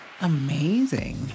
amazing